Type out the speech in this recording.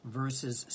verses